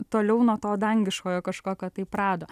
toliau nuo to dangiškojo kažkokio tai prado